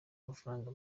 amafaranga